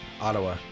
Ottawa